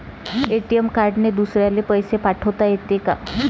ATM कार्डने दुसऱ्याले पैसे पाठोता येते का?